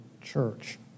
church